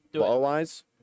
Otherwise